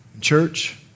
Church